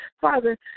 Father